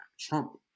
Trump